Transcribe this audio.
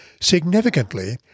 Significantly